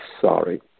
sorry